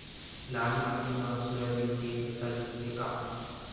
लाल माटी मा सोयाबीन के फसल होथे का?